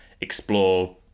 explore